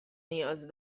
نیاز